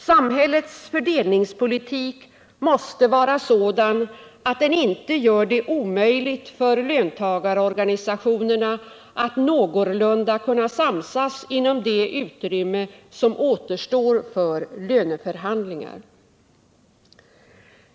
Samhällets fördelningspolitik måste vara sådan att den inte gör det omöjligt för löntagarorganisationerna att någorlunda kunna samsas inom det utrymme som återstår för löneförhandlingar.